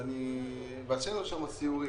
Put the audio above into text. עשינו שם סיורים.